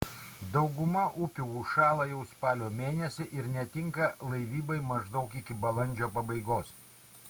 dauguma upių užšąla jau spalio mėnesį ir netinka laivybai maždaug iki balandžio pabaigos